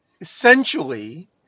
essentially